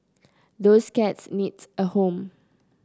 those cats needs a home